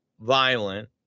violent